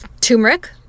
turmeric